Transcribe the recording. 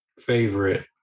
favorite